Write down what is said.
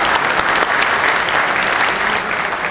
(מחיאות כפיים)